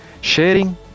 sharing